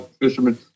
fishermen